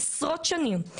עשרות שנים,